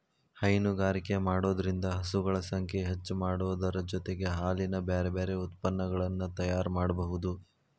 ಹೈನುಗಾರಿಕೆ ಮಾಡೋದ್ರಿಂದ ಹಸುಗಳ ಸಂಖ್ಯೆ ಹೆಚ್ಚಾಮಾಡೋದರ ಜೊತೆಗೆ ಹಾಲಿನ ಬ್ಯಾರಬ್ಯಾರೇ ಉತ್ಪನಗಳನ್ನ ತಯಾರ್ ಮಾಡ್ಬಹುದು